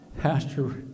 pastor